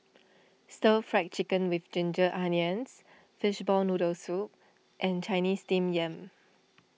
Stir Fried Chicken with Ginger Onions Fishball Noodle Soup and Chinese Steamed Yam